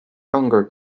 longer